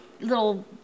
little